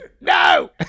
no